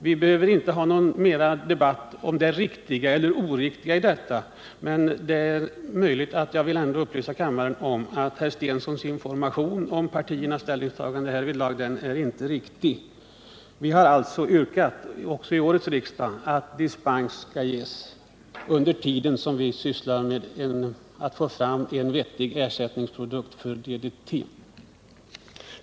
Vi behöver inte föra någon mer debatt om det riktiga eller oriktiga i detta. Men jag vill upplysa kammaren om att herr Stenssons redogörelse för partiernas ställningstagande inte är riktig. Vi har alltså också i år yrkat på att dispens skall ges under den tid som vi sysslar med att få fram en vettig ersättningsprodukt för DDT.